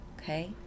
okay